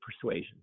persuasion